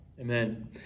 Amen